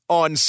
on